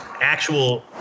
actual